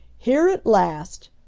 here at last!